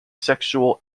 sexual